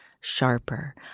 sharper